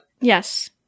Yes